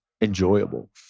enjoyable